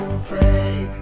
afraid